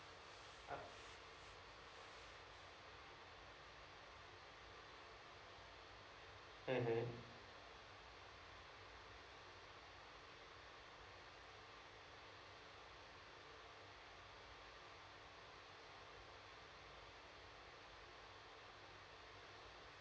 mmhmm